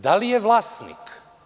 Da li je vlasnik?